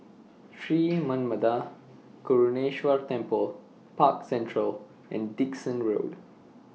Sri Manmatha Karuneshvarar Temple Park Central and Dickson Road